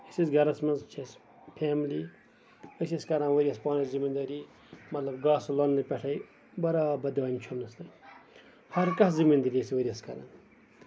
أسۍ ٲسۍ گرَس منٛز چھِ اسہِ فیملی أسۍ ٲسۍ کران ؤرۍ یَس پانے زٔمیٖن دٲری مطلب گاسہٕ لوننہٕ پٮ۪ٹھٕے برابر دانہِ چھۄبنَس تانۍ ہر کانٛہہ زٔمیٖن دٲری ٲسۍ ؤرۍ یَس کران